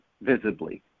visibly